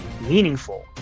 Meaningful